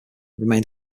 remained